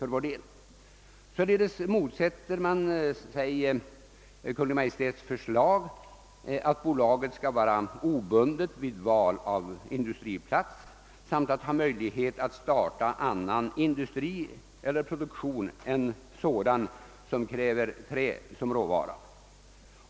Således motsätter man sig Kungl. Maj:ts förslag att bolaget skall vara obundet vid val av industriplats samt ha möjlighet att starta annan industri eller produktion än sådan som kräver trä som råvara.